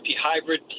Hybrid